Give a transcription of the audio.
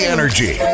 Energy